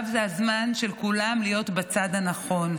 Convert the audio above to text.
עכשיו זה הזמן של כולם להיות בצד הנכון,